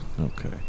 Okay